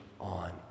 on